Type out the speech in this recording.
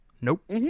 Nope